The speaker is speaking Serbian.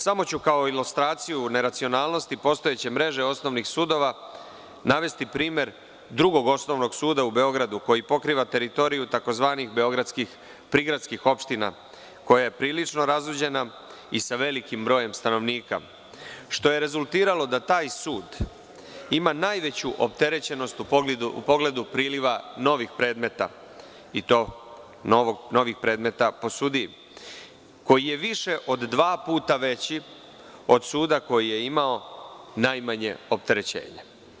Samo ću kao ilustraciju neracionalnosti postojeće mreže osnovnih sudova navesti primer Drugog osnovnog suda u Beogradu, koji pokriva teritoriju tzv. beogradskih prigradskih opština, koja je prilično razuđena i sa velikim brojem stanovnika, što je rezultiralo da taj sud ima najveću opterećenost u pogledu priliva novih predmeta, i to novih predmeta po sudiji, koji je više od dva puta veći od suda koji je imao najmanje opterećenje.